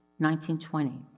1920